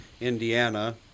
Indiana